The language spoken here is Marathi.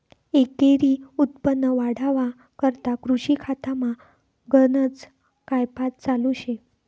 एकरी उत्पन्न वाढावा करता कृषी खातामा गनज कायपात चालू शे